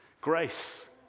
grace